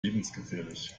lebensgefährlich